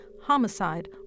homicide